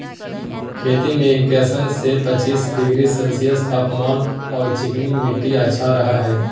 खेती में इक्किश से पच्चीस डिग्री सेल्सियस तापमान आर चिकनी मिट्टी अच्छा रह हई